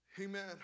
Amen